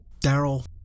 Daryl